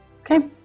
Okay